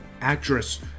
Actress